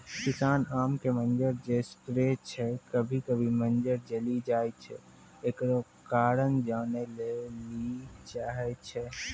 किसान आम के मंजर जे स्प्रे छैय कभी कभी मंजर जली जाय छैय, एकरो कारण जाने ली चाहेय छैय?